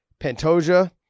Pantoja